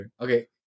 Okay